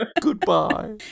Goodbye